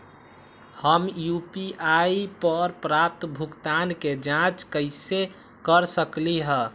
हम यू.पी.आई पर प्राप्त भुगतान के जाँच कैसे कर सकली ह?